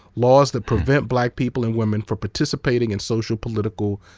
laws that prevent black people and women from participating in social, political,